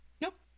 Nope